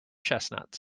chestnuts